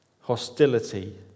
hostility